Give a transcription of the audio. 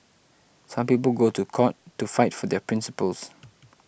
some people go to court to fight for their principles